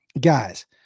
Guys